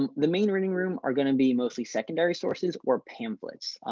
um the main reading room are going to be mostly secondary sources or pamphlets.